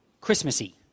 Christmassy